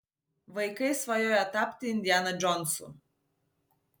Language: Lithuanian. vaikai svajoja tapti indiana džonsu